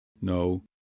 no